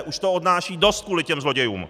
Už to odnášejí dost kvůli těm zlodějům!